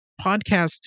podcast